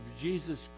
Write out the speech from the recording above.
Jesus